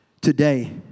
today